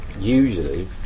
usually